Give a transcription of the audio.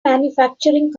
manufacturing